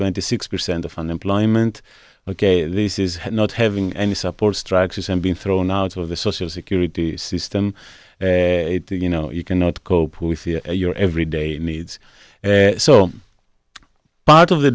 twenty six percent of unemployment ok this is not having any support structures and being thrown out of the social security system you know you cannot cope with your everyday needs so part of the